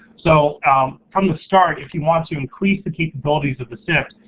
so from the start, if you want to increase the capabilities of the sift,